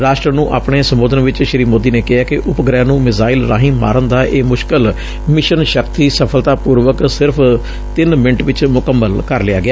ਰਾਸ਼ਟਰ ਨੂੰ ਆਪਣੇ ਸੰਬੋਧਨ ਵਿਚ ਸ੍ਰੀ ਮੌਦੀ ਨੇ ਕਿਹੈ ਕਿ ਉਪ ਗ੍ਰਹਿ ਨੂੰ ਮਿਜ਼ਾਇਲ ਰਾਹੀਂ ਮਾਰਨ ਦਾ ਇਹ ਮੁਸ਼ਕੱਲ ਮਿਸ਼ਨ ਸ਼ਕਤੀ ਸਫਲਤਾ ਪੂਰਵਕ ਸਿਰਫ਼ ਤਿੰਨ ਮਿੰਟ ਵਿਚ ਮੁਕੰਮਲ ਕਰ ਲਿਆ ਗਿਆ